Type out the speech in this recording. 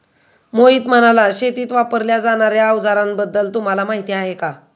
मोहित म्हणाला, शेतीत वापरल्या जाणार्या अवजारांबद्दल तुम्हाला माहिती आहे का?